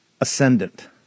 ascendant